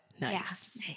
Nice